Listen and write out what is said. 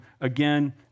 again